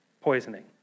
poisoning